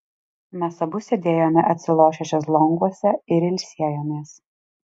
mes abu sėdėjome atsilošę šezlonguose ir ilsėjomės